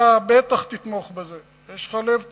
אתה בטח תתמוך בזה, יש לך לב טוב.